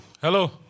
Hello